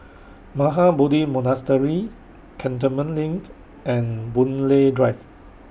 Mahabodhi Monastery Cantonment LINK and Boon Lay Drive